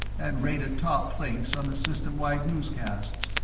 and rated top place on the system-wide newscasts,